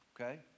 Okay